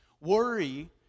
Worry